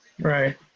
Right